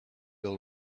all